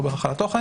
לא בהכרח על התוכן